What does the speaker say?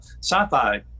Sci-fi